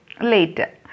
later